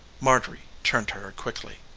marjorie turned to her quickly.